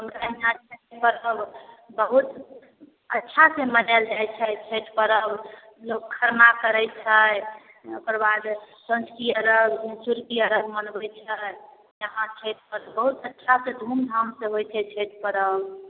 हमरा एम्हर फेस्टिवलसब बहुत अच्छासँ मनाएल जाइ छै छठि पर्व लोक खरना करै छै ओकरबाद सँझुकी अरघ भिनसुरकी अरघ मनबै छै यहाँ छठि पर्व बहुत अच्छासँ धूमधामसँ होइ छै छठि पर्व